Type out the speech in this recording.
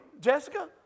Jessica